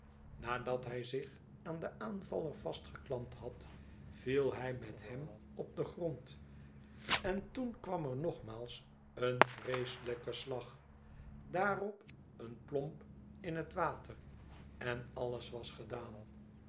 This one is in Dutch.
nadat hij zich aan den aanvaller vastgeklampt had viel hij met hem op den oever en toen kwam er nogmaals een vreeselijke slag daarop een plomp in het water en alles was gedaan